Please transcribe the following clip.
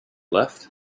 left